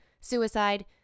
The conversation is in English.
suicide